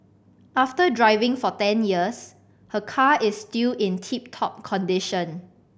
after driving for ten years her car is still in tip top condition